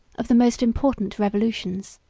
of the most important revolutions.